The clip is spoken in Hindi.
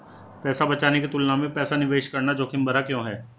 पैसा बचाने की तुलना में पैसा निवेश करना जोखिम भरा क्यों है?